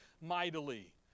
mightily